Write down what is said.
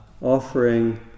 offering